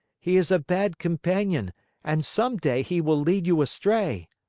he is a bad companion and some day he will lead you astray